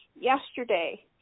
yesterday